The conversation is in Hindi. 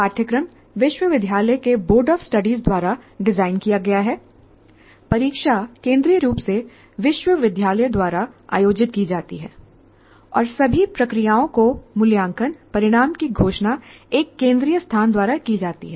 पाठ्यक्रम विश्वविद्यालय के बोर्ड ऑफ स्टडीज द्वारा डिजाइन किया गया है परीक्षा केंद्रीय रूप से विश्वविद्यालय द्वारा आयोजित की जाती है और सभी प्रक्रियाओं के मूल्यांकन परिणाम की घोषणा एक केंद्रीय स्थान द्वारा की जाती है